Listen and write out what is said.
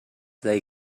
they